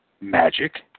magic